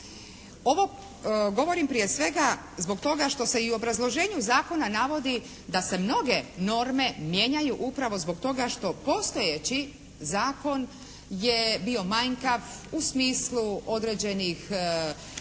Ovo govorim prije svega zbog toga što se i u obrazloženju zakona navodi da se mnoge norme mijenjaju upravo zbog toga što postojeći zakon je bio manjkav u smislu određenih